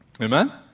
Amen